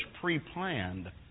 pre-planned